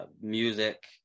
music